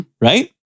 right